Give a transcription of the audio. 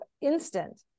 instant